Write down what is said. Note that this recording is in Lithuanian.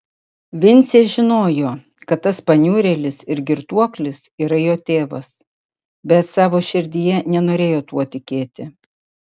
vincė žinojo kad tas paniurėlis ir girtuoklis yra jo tėvas bet savo širdyje nenorėjo tuo tikėti